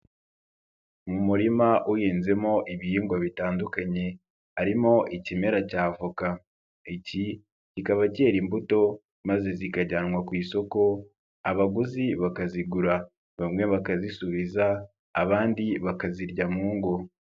Mu murima uhinzemo ibihingwa bitandukanye harimo ikimera cy'avoka iki kikaba kera imbuto maze zikajyanwa ku isoko abaguzi bakazigura bamwe bakazisubiza abandi bakazirya mu ngo.